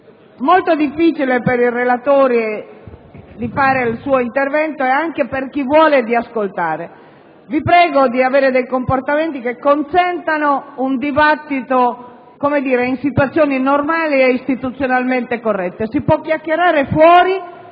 molto difficile per il relatore svolgere il suo intervento e per chi vuole, ascoltarlo. Vi prego di tenere comportamenti che consentano un dibattito in situazioni normali e istituzionalmente corrette. Si può chiacchierare fuori,